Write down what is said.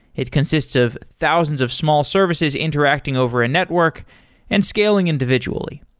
it consists of thousands of small services interacting over a network and scaling individually,